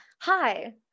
hi